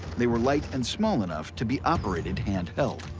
they were light and small enough to be operated handheld.